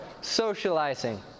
socializing